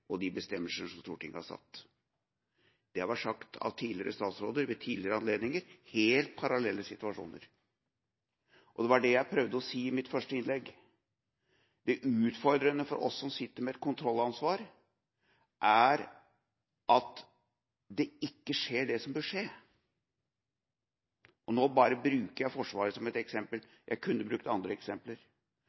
og de bestemmelser som Stortinget har satt. Det har vært sagt av tidligere statsråder ved tidligere anledninger – helt parallelle situasjoner. Det var det jeg prøvde å si i mitt første innlegg. Det utfordrende for oss som sitter med et kontrollansvar er at det ikke skjer det som bør skje. Nå bruker jeg bare Forsvaret som et eksempel, jeg kunne brukt andre eksempler.